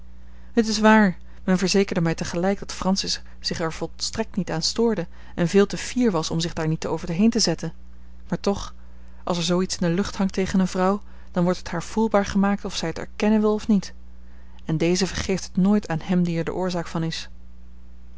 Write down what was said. het is waar men verzekerde mij tegelijk dat francis zich er volstrekt niet aan stoorde en veel te fier was om zich daar niet over heen te zetten maar toch als er zoo iets in de lucht hangt tegen eene vrouw dan wordt het haar voelbaar gemaakt of zij t erkennen wil of niet en deze vergeeft het nooit aan hem die er de oorzaak van is